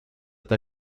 t’a